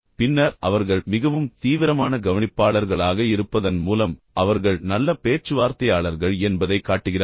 பின்னர் அவர்கள் மிகவும் தீவிரமான கவனிப்பாளர்களாக இருப்பதன் மூலம் அவர்கள் நல்ல பேச்சுவார்த்தையாளர்கள் என்பதைக் காட்டுகிறார்கள்